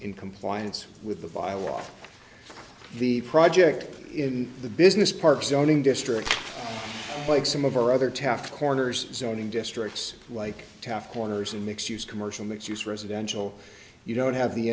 in compliance with the bylaw the project in the business park zoning districts like some of our other tasks corners zoning districts like taft corners and mixed use commercial mixed use residential you don't have the